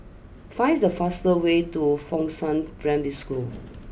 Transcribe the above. finds the fast way to Fengshan Primary School